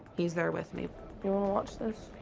he's there with me wanna watch this.